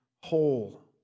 whole